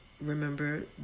remember